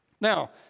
Now